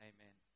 Amen